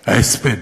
ההספד.